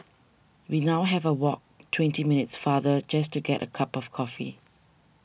we now have a walk twenty minutes farther just to get a cup of coffee